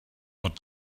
what